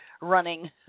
running